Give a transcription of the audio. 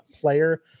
player